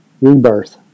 rebirth